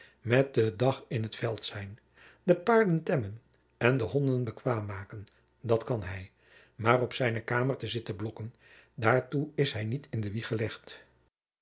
met den dag in t veld zijn de paarden temmen en de honden bekwaam maken dat kan hij maar op zijne kamer te zitten blokken daartoe is hij niet in de wieg gelegd